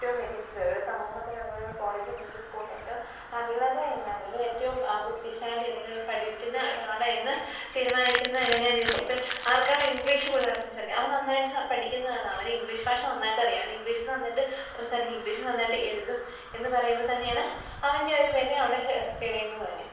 ഏറ്റവും മികച്ചത് സമൂഹത്തിലല്ലെങ്കിൽ കോളേജിലല്ലേ സ്കൂളിലേറ്റവും നല്ലത് എന്നല്ലെങ്കിൽ ഏറ്റവും ബുദ്ധിശാലി അല്ലെങ്കിൽ പഠിക്കുന്ന ഒരാളെന്ന് തീരുമാനിക്കുന്നത് എങ്ങനെയാണെന്നു വെച്ചാൽ ഇപ്പം ആർക്കാണോ ഇംഗ്ലീഷ് കൂടുതലായിട്ട് സംസാരിക്കുക അവൻ നന്നായിട്ട് പഠിക്കുന്നതാണ് അവൻ ഇംഗ്ലീഷ് ഭാഷ നന്നായിട്ട് അറിയാം അവന് ഇംഗ്ലീഷ് നന്നായിട്ട് സംസാരിക്കും ഇംഗ്ലീഷ് നന്നായിട്ട് എഴുതും എന്നു പറയുമ്പം തന്നെയാണ് അവൻറ്റെ ഒരു വില അവിടെ തെളിയ്യുന്നതു തന്നെ